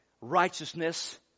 righteousness